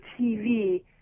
TV